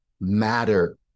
matter